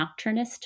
nocturnist